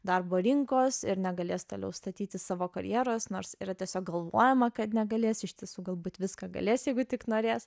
darbo rinkos ir negalės toliau statyti savo karjeros nors yra tiesiog galvojama kad negalės iš tiesų galbūt viską galės jeigu tik norės